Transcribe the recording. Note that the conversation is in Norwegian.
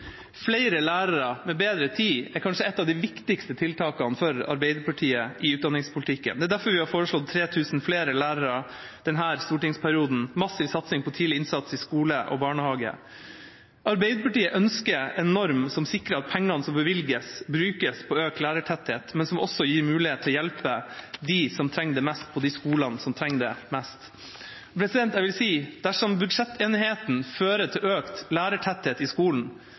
Flere lærere med bedre tid er kanskje ett av de viktigste tiltakene for Arbeiderpartiet i utdanningspolitikken. Det er derfor vi har foreslått 3 000 flere lærere denne stortingsperioden – massiv satsing på tidlig innsats i skole og barnehage. Arbeiderpartiet ønsker en norm som sikrer at pengene som bevilges, brukes på økt lærertetthet, og som også gir mulighet til å hjelpe dem som trenger det mest, på de skolene som trenger det mest. Jeg vil si at dersom budsjettenigheten fører til økt lærertetthet i skolen,